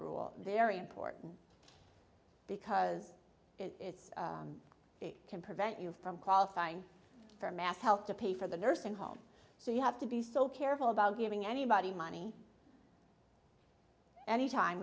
rule very important because it's big can prevent you from qualifying for mass health to pay for the nursing home so you have to be so careful about giving anybody money any time